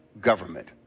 government